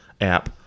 app